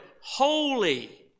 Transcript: holy